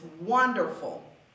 wonderful